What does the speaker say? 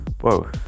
Whoa